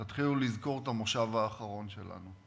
תתחילו לזכור את המושב האחרון שלנו.